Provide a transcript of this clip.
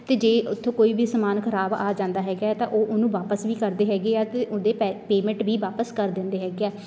ਅਤੇ ਜੇ ਉੱਥੋਂ ਕੋਈ ਵੀ ਸਮਾਨ ਖ਼ਰਾਬ ਆ ਜਾਂਦਾ ਹੈਗਾ ਤਾਂ ਉਹ ਉਹਨੂੰ ਵਾਪਸ ਵੀ ਕਰਦੇ ਹੈਗੇ ਆ ਅਤੇ ਉਹਦੇ ਪੈ ਪੇਮੈਂਟ ਵੀ ਵਾਪਸ ਕਰ ਦਿੰਦੇ ਹੈਗੇ ਆ